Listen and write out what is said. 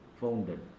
founded